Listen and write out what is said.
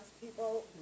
people